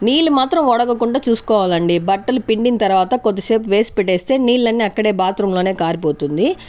నీళ్ళు మాత్రం వడగకుండా చూస్కోవాలండి బట్టలు పిండిన తర్వాత కొద్దిసేపు వేసి పెట్టేస్తే నీళ్ళన్నీ అక్కడే బాత్రూం లోనే కారిపోతుంది